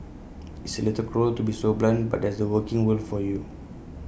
it's A little cruel to be so blunt but that's the working world for you